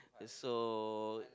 so